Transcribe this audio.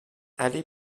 allée